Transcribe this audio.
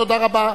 תודה רבה.